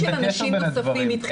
גיוס אנשים נוספים התחיל ביולי.